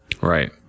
Right